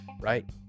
right